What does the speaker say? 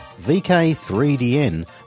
VK3DN